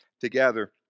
together